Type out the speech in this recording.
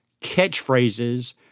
catchphrases